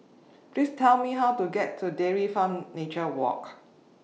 Please Tell Me How to get to Dairy Farm Nature Park